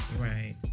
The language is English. Right